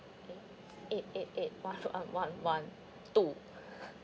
eight eight eight one one one two